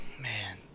man